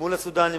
מול הסודנים,